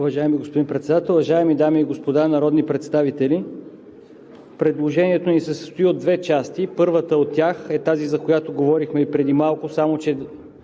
Уважаеми господин Председател, уважаеми дами и господа народни представители! Предложението ни се състои от две части. Първата от тях е тази, за която говорихме и преди малко, само че